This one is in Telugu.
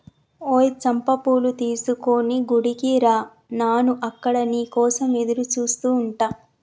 ఓయ్ చంపా పూలు తీసుకొని గుడికి రా నాను అక్కడ నీ కోసం ఎదురుచూస్తు ఉంటా